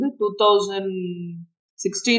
2016